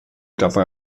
dabei